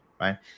right